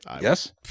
Yes